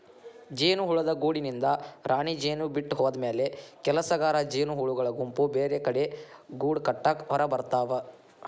ಜೇನುಹುಳದ ಗೂಡಿನಿಂದ ರಾಣಿಜೇನು ಬಿಟ್ಟ ಹೋದಮ್ಯಾಲೆ ಕೆಲಸಗಾರ ಜೇನಹುಳಗಳ ಗುಂಪು ಬೇರೆಕಡೆ ಗೂಡಕಟ್ಟಾಕ ಹೊರಗಬರ್ತಾವ